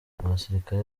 abasirikare